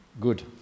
Good